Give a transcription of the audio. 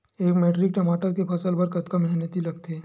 एक मैट्रिक टमाटर के फसल बर कतका मेहनती लगथे?